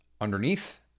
underneath